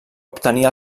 obtenir